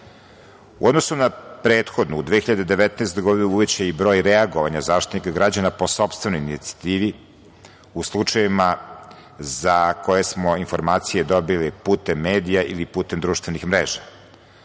odnosu na prethodnu 2019. godinu, uvećan je broj reagovanja Zaštitnika građana po sopstvenoj inicijativi u slučajevima za koje smo informacije dobili putem medija ili putem društvenih mreža.